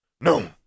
No